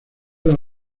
las